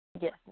Yes